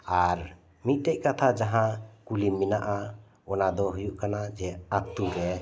ᱟᱨ ᱢᱤᱫᱴᱮᱡ ᱠᱟᱛᱷᱟ ᱡᱟᱦᱟᱸ ᱠᱩᱞᱤ ᱢᱮᱱᱟᱜᱼᱟ ᱚᱱᱟ ᱫᱚ ᱦᱩᱭᱩᱜ ᱠᱟᱱᱟ ᱡᱮ ᱟᱛᱩᱨᱮ